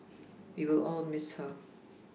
we will all Miss her